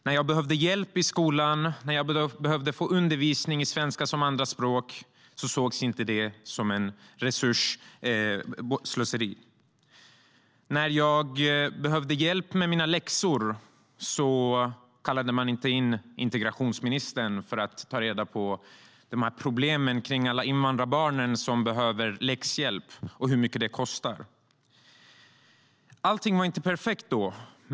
När jag behövde hjälp i skolan, undervisning i svenska som andraspråk, sågs det inte som slöseri med resurser. När jag behövde hjälp med mina läxor kallade man inte in integrationsministern för att ta reda på hur mycket problemet med alla invandrarbarn som behövde läxhjälp skulle kosta. Allting var inte perfekt då.